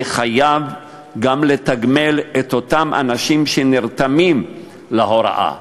אני חייב גם לתגמל את אותם אנשים שנרתמים להוראה,